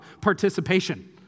participation